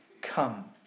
come